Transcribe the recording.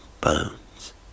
bones